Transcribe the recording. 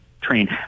train